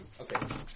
okay